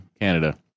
Canada